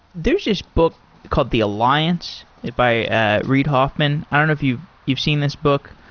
there's this book called the alliance, by ah reed hoffman. i don't know if you've you've seen this book.